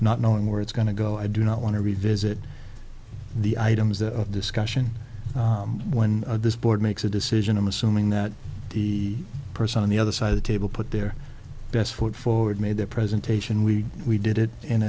not knowing where it's going to go i do not want to revisit the items of discussion when this board makes a decision i'm assuming that the person on the other side of the table put their best foot forward made their presentation we we did it in